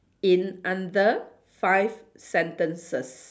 in under five sentences